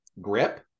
grip